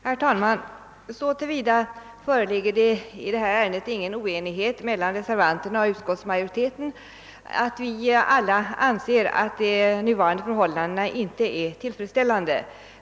Herr talman! Så till vida föreligger det ingen oenighet mellan reservanterna och utskottsmajoriteten i detta ärende, att vi alla anser att nuvarande förhållanden inte är tillfredsställande.